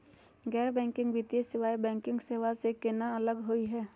गैर बैंकिंग वित्तीय सेवाएं, बैंकिंग सेवा स केना अलग होई हे?